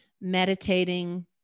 Meditating